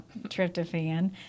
tryptophan